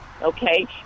Okay